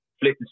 flip